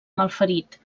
malferit